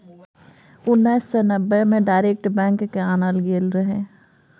उन्नैस सय नब्बे मे डायरेक्ट बैंक केँ आनल गेल रहय